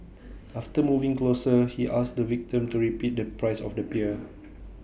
after moving closer he asked the victim to repeat the price of the beer